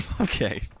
Okay